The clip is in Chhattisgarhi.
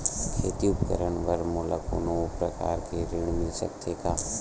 खेती उपकरण बर मोला कोनो प्रकार के ऋण मिल सकथे का?